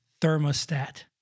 thermostat